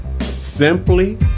simply